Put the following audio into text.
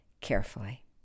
carefully